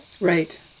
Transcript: Right